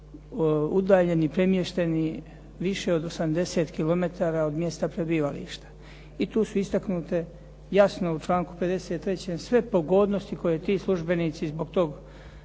udaljeni, premješteni više od 80 kilometara od mjesta prebivališta i tu su istaknute jasno u članku 53. sve pogodnosti koje ti službenici zbog tog